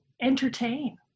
entertain